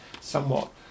somewhat